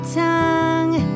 tongue